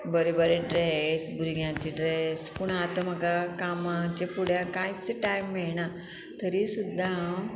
बरें बरें ड्रेस भुरग्यांचे ड्रेस पूण आतां म्हाका कामाच्या फुड्यान कांयच टायम मेयणा तरी सुद्दां हांव